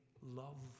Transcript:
love